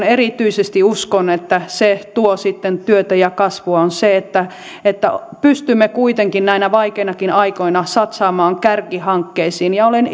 erityisesti uskon että se tuo sitten työtä ja kasvua on se että että pystymme kuitenkin näinä vaikeinakin aikoina satsaamaan kärkihankkeisiin olen